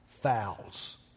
fouls